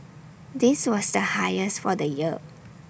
this was the highest for the year